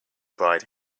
bride